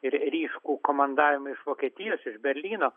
ir ryškų komandavimą iš vokietijos iš berlyno